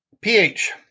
pH